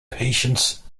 patience